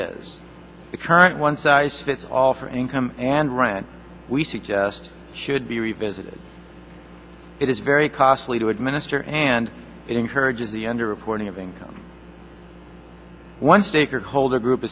is the current one size fits all for income and rent we suggest should be revisited it is very costly to administer and it encourages the underreporting of income one steak or holder group